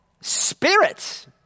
Spirits